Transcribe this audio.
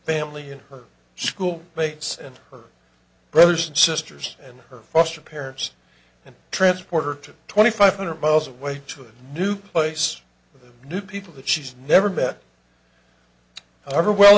family and her school mates and her brothers and sisters and her foster parents and transporter twenty five hundred miles away to a new place with new people that she's never met or well